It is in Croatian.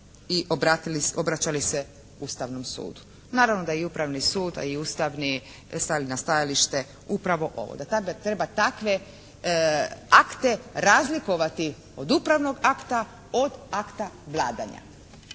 i obraćali se Ustavnom sudu. Naravno da je Upravni sud a i Ustavni stali na stajalište upravo ovo, da treba takve akte razlikovati od upravnog akta od akta vladanja.